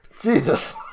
Jesus